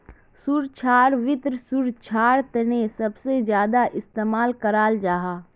सुरक्षाक वित्त सुरक्षार तने सबसे ज्यादा इस्तेमाल कराल जाहा